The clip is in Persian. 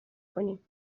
کنیم